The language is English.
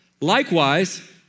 Likewise